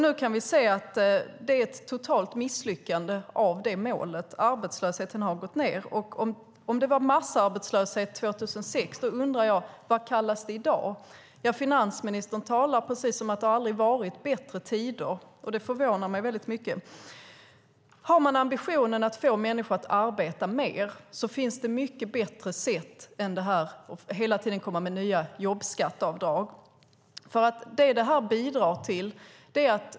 Nu kan vi se att det är ett totalt misslyckande när det gäller detta mål - arbetslösheten har gått upp. Om det var massarbetslöshet 2006 undrar jag vad det kallas i dag. Finansministern talar precis som om det aldrig har varit bättre tider, och det förvånar mig väldigt mycket. Har man ambitionen att få människor att arbeta mer finns det mycket bättre sätt än att hela tiden komma med nya jobbskatteavdrag.